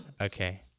okay